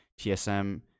TSM